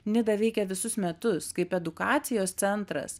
nida veikia visus metus kaip edukacijos centras